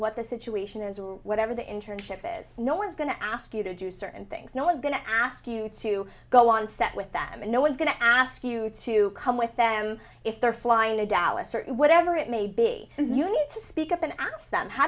what the situation is or whatever the internship is no one's going to ask you to do certain things no one's going to ask you to go on set with them and no one's going to ask you to come with them if they're flying to dallas certain whatever it may be and you need to speak up and ask them how